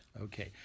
Okay